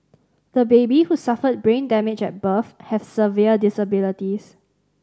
the baby who suffered brain damage at birth has severe disabilities